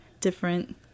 different